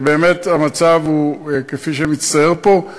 כאשר באמת המצב הוא כפי שמצטייר פה.